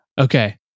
Okay